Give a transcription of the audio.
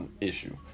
issue